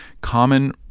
common